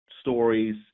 stories